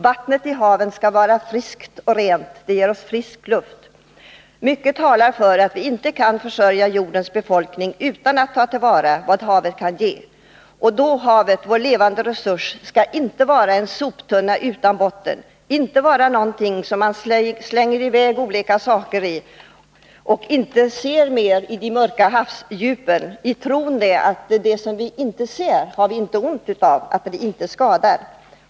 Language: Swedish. Vattnet i haven skall vara friskt och rent — det ger oss frisk luft. Mycket talar för att vi inte kan försörja jordens befolkning utan att ta till vara vad havet kan ge. Havet — vår levande resurs — skall inte vara en soptunna utan botten, inte vara någonting som man slänger i väg olika saker i och inte ser mer i de mörka havsdjupen i tron att det som vi inte ser har vi inte ont av.